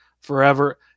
forever